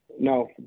No